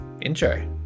intro